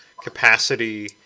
capacity